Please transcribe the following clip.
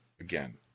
again